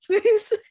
please